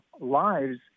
lives